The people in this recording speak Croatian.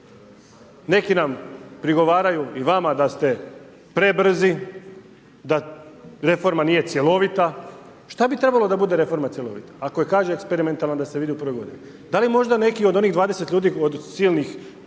Neki nam prigovaraju i nama da ste prebrzi, da reforma nije cjelovita, šta bi trebalo da bude reforma cjelovita, ako kaže eksperimentalno da se vidi u prvoj godini. Da li možda neki od onih 20 ljudi od silnih